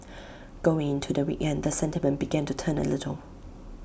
going into the weekend the sentiment began to turn A little